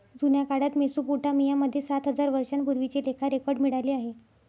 जुन्या काळात मेसोपोटामिया मध्ये सात हजार वर्षांपूर्वीचे लेखा रेकॉर्ड मिळाले आहे